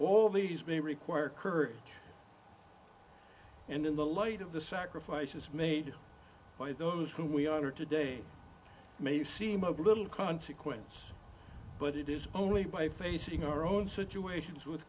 of these may require courage and in the light of the sacrifices made by those who we honor today may seem of little consequence but it is only by facing our own situations with